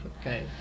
Okay